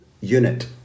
unit